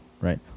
Right